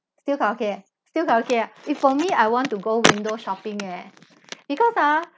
still quite okay still quite okay ah if for me I want to go window shopping eh because ah